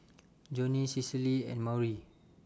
Joni Cicely and Maury